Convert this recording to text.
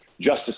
Justice